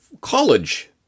College